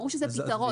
ברור שזה פתרון,